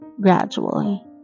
gradually